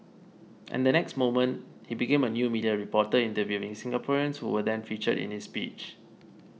and the next moment he became a new media reporter interviewing Singaporeans who were then featured in his speech